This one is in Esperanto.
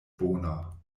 bona